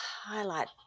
Highlight